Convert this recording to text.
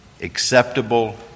acceptable